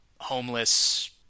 homeless